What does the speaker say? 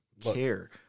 care